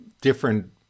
different